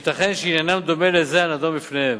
שייתכן שעניינם דומה לזה הנדון בפניהם,